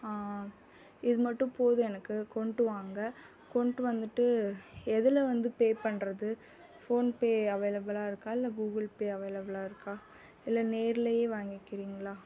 இது மட்டும் போதும் எனக்கு கொண்டு வாங்க கொண்டு வந்துட்டு எதில் வந்து பே பண்ணுறது ஃபோன் பே அவைலபிளாக இருக்கா இல்லை கூகுள் பே அவைலபிளாக இருக்கா இல்லை நேரிலையே வாங்கிக்கிறிங்களா